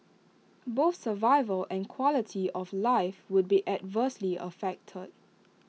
both survival and quality of life would be adversely affected